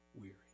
weary